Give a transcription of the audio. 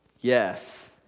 yes